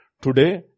today